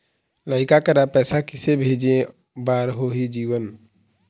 लइका करा पैसा किसे भेजे बार होही जीवन